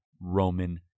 Roman